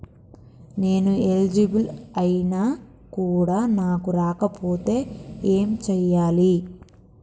నేను ఎలిజిబుల్ ఐనా కూడా నాకు రాకపోతే ఏం చేయాలి?